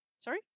Sorry